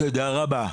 תודה רבה.